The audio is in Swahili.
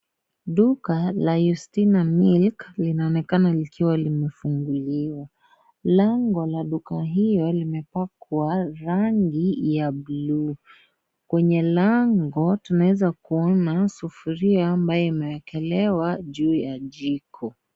Duka ya YUSTINA MILK inaonekana likiwa limefungwa. Lango la duka hiyo limepakwa rangi ya bluu, kwenye lango tunaeza kuona sufuria ambayo imeekelewa juu ya jiko.